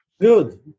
Good